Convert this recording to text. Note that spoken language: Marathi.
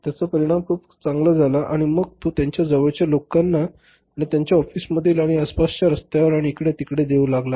त्याचा परिणाम खूप चांगला झाला आणि मग तो त्याच्या जवळच्या लोकांना आणि त्याच्या ऑफिसमधील आणि आसपासच्या रस्त्यावर आणि इकडे तिकडे देऊ लागला